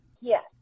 Yes